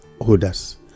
holders